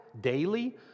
daily